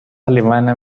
alemana